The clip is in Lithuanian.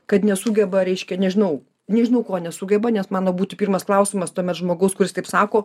kad nesugeba reiškia nežinau nežinau ko nesugeba nes mano būtų pirmas klausimas tuomet žmogus kuris taip sako